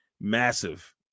massive